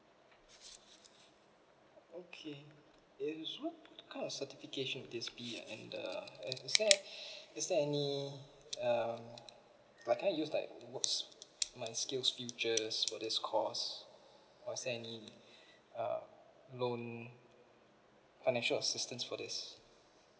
okay it is what kind of certification will this be ah and uh and is there is there any err like can I use like what's my skills futures for this course or is there any um loan financial assistance for this